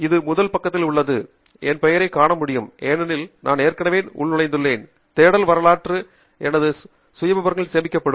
இது முதல் பக்கத்தில் உள்ளது என் பெயரைக் காண முடியும் ஏனெனில் நான் ஏற்கனவே உள்நுழைந்துள்ளேன் தேடல் வரலாறு எனது சுயவிவரத்தில் சேமிக்கப்படும்